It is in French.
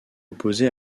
opposé